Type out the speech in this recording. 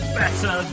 better